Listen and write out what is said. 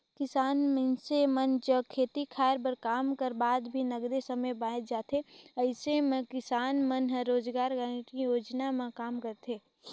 किसान मइनसे मन जग खेती खायर कर काम कर बाद भी नगदे समे बाएच जाथे अइसन म किसान मन ह रोजगार गांरटी योजना म काम करथे